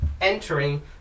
entering